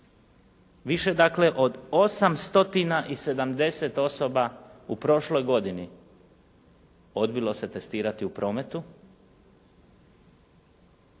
Više dakle od 870 osoba u prošloj godini odbilo se testirati u prometu